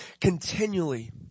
continually